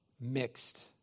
mixed